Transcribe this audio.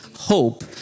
hope